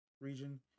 region